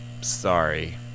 sorry